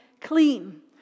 clean